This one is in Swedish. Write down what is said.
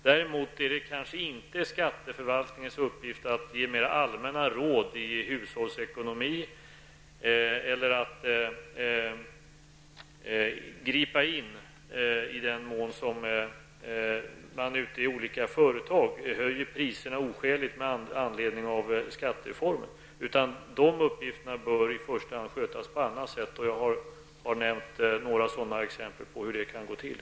Det är däremot inte skatteförvaltningens uppgift att ge mera allmänna råd i hushållsekonomi eller att gripa in i den mån olika företag höjer priserna oskäligt med anledning av skattereformen. De uppgifterna bör i första hand skötas på annat sätt. Jag har nämnt några exempel på hur det kan gå till.